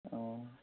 অঁঁ